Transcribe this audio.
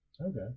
okay